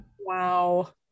wow